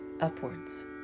upwards